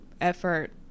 effort